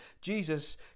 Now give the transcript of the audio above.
Jesus